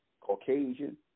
Caucasian